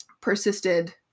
persisted